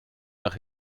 nach